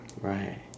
Right